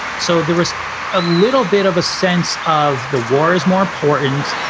so there was a little bit of a sense of the war is more important.